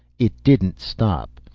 it didn't stop.